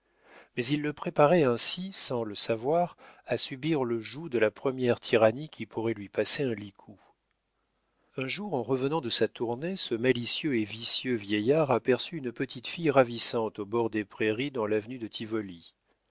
mais il le préparait ainsi sans le savoir à subir le joug de la première tyrannie qui pourrait lui passer un licou un jour en revenant de sa tournée ce malicieux et vicieux vieillard aperçut une petite fille ravissante au bord des prairies dans l'avenue de tivoli